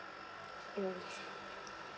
mm